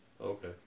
Okay